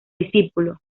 discípulo